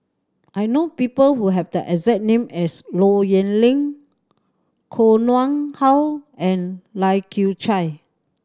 I know people who have the exact name as Low Yen Ling Koh Nguang How and Lai Kew Chai